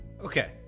Okay